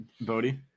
Bodhi